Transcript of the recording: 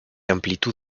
amplitud